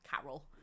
Carol